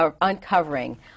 uncovering